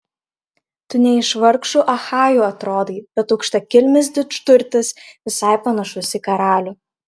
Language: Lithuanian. tu ne iš vargšų achajų atrodai bet aukštakilmis didžturtis visai panašus į karalių